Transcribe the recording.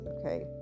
okay